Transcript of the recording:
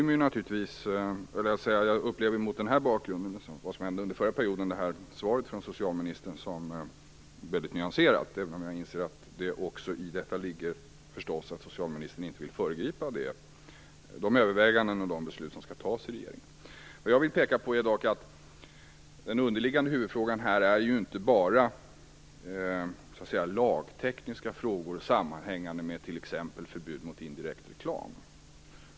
Jag upplever mot denna bakgrund - vad som hände under förra mandatperioden - detta svar från socialministern som väldigt nyanserat, även om jag inser att det också i detta förstås ligger att socialministern inte vill föregripa de överväganden som skall göras och de beslut som skall fattas i regeringen. Den underliggande huvudfrågan här är dock inte bara lagtekniska frågor sammanhängande med t.ex. förbud mot indirekt reklam.